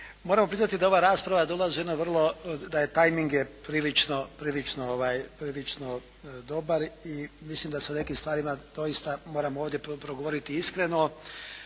moramo priznati da ova rasprava dolazi u jedno vrlo, da tajming je prilično dobar i mislim da se o nekim stvarima doista moramo ovdje progovoriti iskreno.